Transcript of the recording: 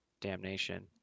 damnation